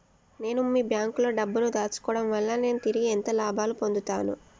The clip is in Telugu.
నేను మీ బ్యాంకులో డబ్బు ను దాచుకోవటం వల్ల నేను తిరిగి ఎంత లాభాలు పొందుతాను?